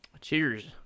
Cheers